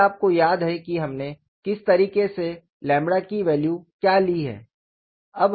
यदि आपको याद है कि हमने किस तरीके से की वैल्यू क्या लि है